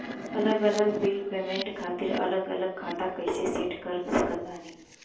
अलग अलग bill payment खातिर अलग अलग खाता कइसे सेट कर सकत बानी?